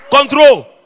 control